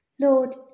Lord